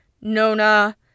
Nona